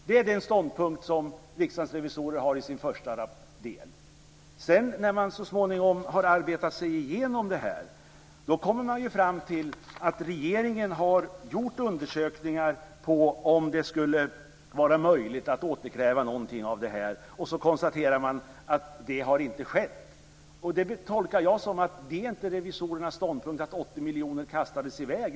Det är den ståndpunkt som Riksdagens revisorer har i sin första del. När man sedan så småningom har arbetat sig igenom detta så kommer man fram till att regeringen har gjort undersökningar av om det skulle vara möjligt att återkräva någonting av det här, och så konstaterar man att det inte har skett. Det tolkar jag som att det inte är revisorernas ståndpunkt att 80 miljoner kastades i väg.